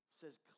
says